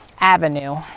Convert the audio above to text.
avenue